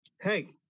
Hey